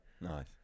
Nice